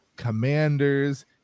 commanders